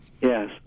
Yes